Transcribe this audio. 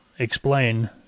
explain